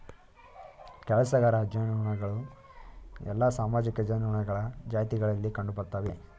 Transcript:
ಕೆಲಸಗಾರ ಜೇನುನೊಣಗಳು ಎಲ್ಲಾ ಸಾಮಾಜಿಕ ಜೇನುನೊಣಗಳ ಜಾತಿಗಳಲ್ಲಿ ಕಂಡುಬರ್ತ್ತವೆ